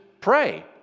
pray